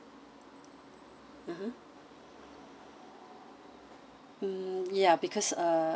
mmhmm mm ya because uh